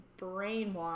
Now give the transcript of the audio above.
brainwashed